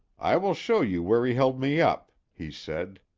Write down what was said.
i will show you where he held me up, he said.